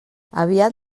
aviat